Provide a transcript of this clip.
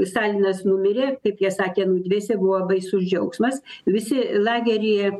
stalinas numirė kaip jie sakė nudvesė buvo baisus džiaugsmas visi lageryje